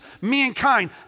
mankind